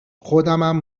خودمم